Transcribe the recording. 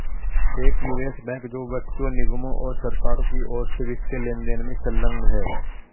एक निवेश बैंक जो व्यक्तियों निगमों और सरकारों की ओर से वित्तीय लेनदेन में संलग्न है